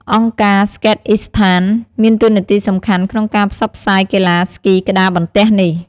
អង្គការ ស្កេតអុីសថាន Skateistan មានតួនាទីសំខាន់ក្នុងការផ្សព្វផ្សាយកីឡាស្គីក្ដារបន្ទះនេះ។